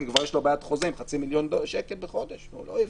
כי כבר יש לו ביד חוזה עם חצי מיליון שקל בחודש והוא לא יוותר,